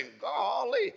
golly